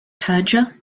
taiga